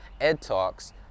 EDTALKS